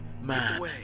Man